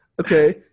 Okay